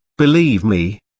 believe me,